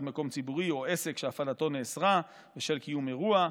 מקום ציבורי או עסק שהפעלתו נאסרה בשל קיום אירוע,